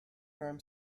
firm